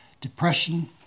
depression